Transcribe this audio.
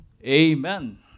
amen